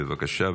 בבקשה,